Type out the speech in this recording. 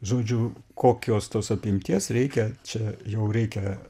žodžiu kokios tos apimties reikia čia jau reikia